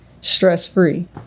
stress-free